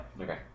Okay